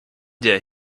der